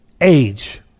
age